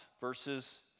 verses